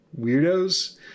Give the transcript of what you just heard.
weirdos